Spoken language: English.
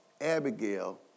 Abigail